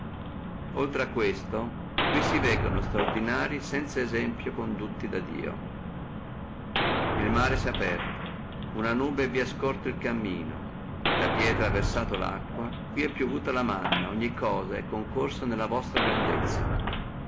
oltre a questo qui si veggano estraordinarii sanza esemplo condotti da dio el mare sè aperto una nube vi ha scòrto el cammino la pietra ha versato acqua qui è piovuto la manna ogni cosa è concorsa nella vostra grandezza